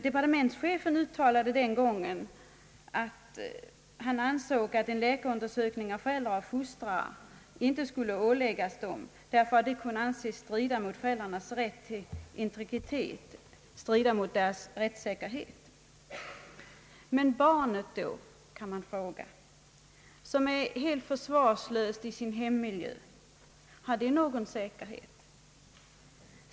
Departementschefen uttalade den gången att han ansåg att en läkarundersökning av föräldrar/fostrare inte skulle åläggas dem därför att det kunde anses strida mot föräldrarnas rätt till integritet, mot deras rättssäkerhet. Men barnet då — kan man fråga — som är helt försvarslöst i sin hemmiljö? Har det någon säkerhet?